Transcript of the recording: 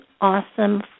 awesome